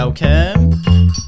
Welcome